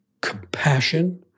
compassion